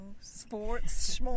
sports